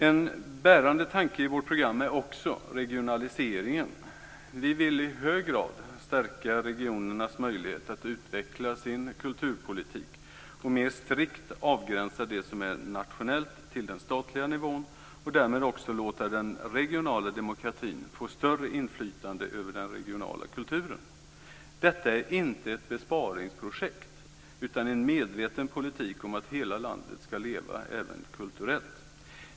En bärande tanke i vårt program är också regionaliseringen. Vi vill i hög grad stärka regionernas möjlighet att utveckla sin kulturpolitik och mer strikt avgränsa det som är nationellt till den statliga nivån och därmed också låta den regionala demokratin få större inflytande över den regionala kulturen. Detta är inte ett besparingsprojekt utan en medveten politik för att hela landet ska leva, även kulturellt.